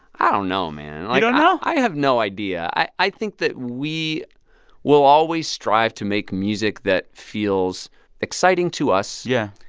i don't know, man you don't know? i have no idea. i i think that we will always strive to make music that feels exciting to us. yeah.